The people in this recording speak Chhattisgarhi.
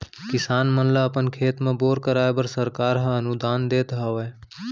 किसान मन ल अपन खेत म बोर कराए बर सरकार हर अनुदान देत हावय